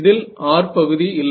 இதில் r பகுதி இல்லை